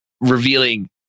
revealing